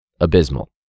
abysmal